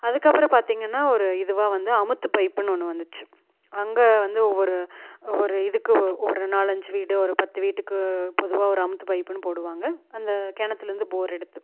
அதுக்கப்புறோம் பார்த்தீங்கன்னா ஒரு இதுவாக வந்து அமுத்து பைப்புன்னு ஒன்று வந்துச்சு அங்கே வந்து ஒவ்வொரு ஒவ்வொரு இதுக்கு ஓ ஒரு நாலஞ்சி வீடு ஒரு பத்து வீட்டுக்கு பொதுவாக ஒரு அமுத்து பைப்புன்னு போடுவாங்க அந்த கிணத்துலந்து போர் எடுத்து